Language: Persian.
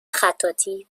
خطاطی